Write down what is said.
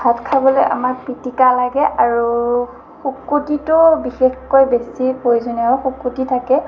ভাত খাবলৈ আমাক পিটিকা লাগে আৰু শুকোতিটো বেছি প্ৰয়োজনীয় শুকোতি থাকে